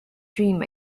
dream